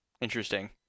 Interesting